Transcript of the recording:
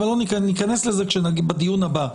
אבל ניכנס לזה בדיון הבא.